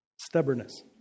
Stubbornness